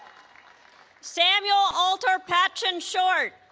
samuel alter patchen short